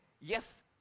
yes